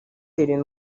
kubatera